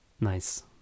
Nice